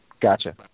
Gotcha